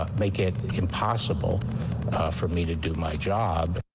make it impossible for me to do my job.